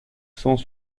cent